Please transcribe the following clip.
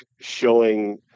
showing